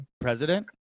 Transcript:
president